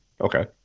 Okay